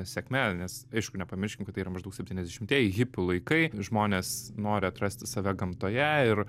sėkme nes aišku nepamirškim kad tai yra maždaug septyniasdešimtieji hipių laikai žmonės nori atrasti save gamtoje ir